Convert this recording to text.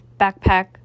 Backpack